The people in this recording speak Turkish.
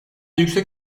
yüksek